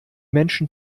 menschen